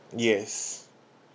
yes